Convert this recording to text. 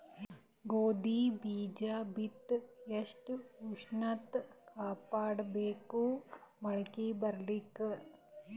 ಗೋಧಿ ಬೀಜ ಬಿತ್ತಿ ಎಷ್ಟ ಉಷ್ಣತ ಕಾಪಾಡ ಬೇಕು ಮೊಲಕಿ ಬರಲಿಕ್ಕೆ?